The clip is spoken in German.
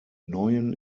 neuen